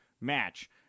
match